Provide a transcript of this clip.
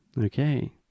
Okay